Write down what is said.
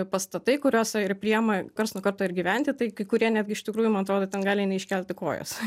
pastatai kuriuosa ir priima karts nuo karto ir gyventi tai kai kurie netgi iš tikrųjų man atrodo ten gali ir neiškelti kojos